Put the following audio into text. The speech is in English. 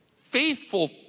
faithful